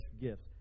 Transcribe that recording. gifts